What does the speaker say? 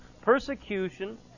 persecution